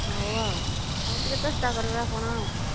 ହଉ ଆଉ ହଉ ଟିକେ ଚେଷ୍ଟା କରିବେ ଆପଣ ଆଉ